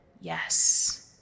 yes